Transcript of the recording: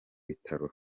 bitaro